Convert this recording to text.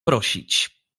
prosić